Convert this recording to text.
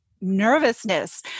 nervousness